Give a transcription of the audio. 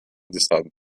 decided